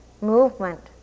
movement